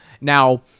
Now